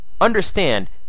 Understand